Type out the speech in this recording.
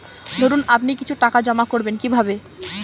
ধরুন আপনি কিছু টাকা জমা করবেন কিভাবে?